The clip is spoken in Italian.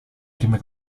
prime